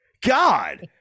God